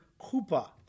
kupa